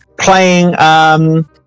playing